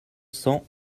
cents